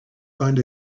find